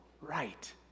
right